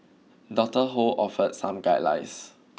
Doctor Ho offer some guidelines